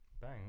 Bang